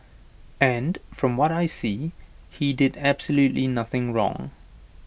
and from what I see he did absolutely nothing wrong